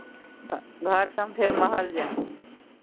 घरसँ हम फेर महल जायब